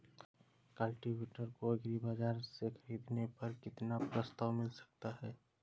Cultivator को agri बाजार से ख़रीदने पर कितना प्रस्ताव मिल सकता है?